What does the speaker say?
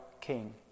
king